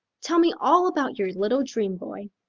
tell me all about your little dream-boy.